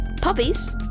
puppies